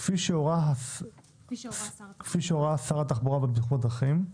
כפי שהורה שר התחבורה והבטיחות בדרכים,